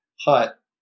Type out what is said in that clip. hut